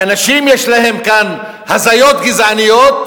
שאנשים יש להם כאן הזיות גזעניות,